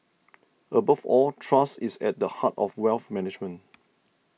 above all trust is at the heart of wealth management